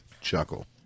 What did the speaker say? chuckle